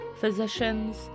physicians